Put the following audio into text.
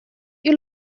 you